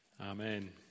Amen